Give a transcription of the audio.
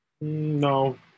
No